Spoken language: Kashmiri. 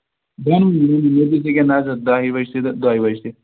وَنو دِژاہ نَظر دَہہِ بَجہِ تہِ تہٕ دۄیہِ بَجہِ تہِ